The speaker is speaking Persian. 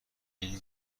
این